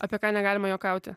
apie ką negalima juokauti